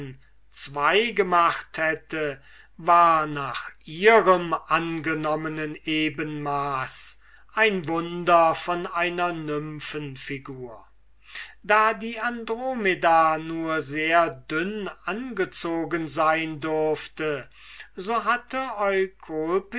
gemacht hätte war nach ihrem angenommenen ebenmaß ein wunder von einer nymphenfigur da die andromeda nur sehr dünne angezogen sein durfte so hatte